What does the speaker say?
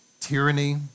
tyranny